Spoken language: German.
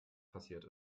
passiert